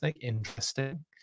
Interesting